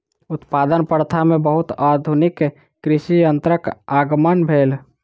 उत्पादन प्रथा में बहुत आधुनिक कृषि यंत्रक आगमन भेल